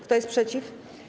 Kto jest przeciw?